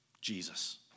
Jesus